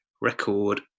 record